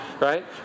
right